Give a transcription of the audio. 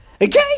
Okay